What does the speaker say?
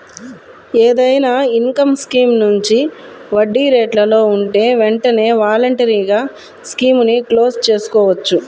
ఏదైనా income scheme మంచి వడ్డీరేట్లలో ఉంటే వెంటనే వాలంటరీగా స్కీముని క్లోజ్ చేసుకోవచ్చు